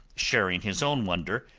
sharing his own wonder.